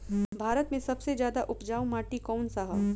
भारत मे सबसे ज्यादा उपजाऊ माटी कउन सा ह?